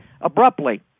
abruptly